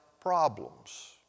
problems